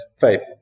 faith